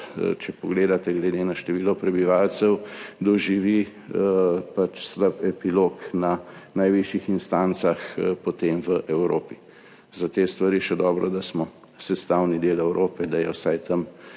če pogledate glede na število prebivalcev, doživi slab epilog na najvišjih instancah, potem v Evropi. Za te stvari je še dobro, da smo sestavni del Evrope, da je vsaj tam